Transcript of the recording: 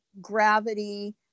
gravity